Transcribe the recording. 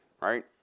right